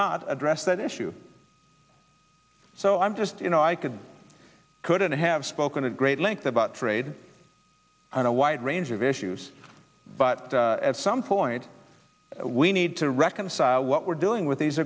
not address that issue so i'm just you know i could couldn't have spoken to a great length about trade and a wide range of issues but at some point we need to reconcile what we're doing with these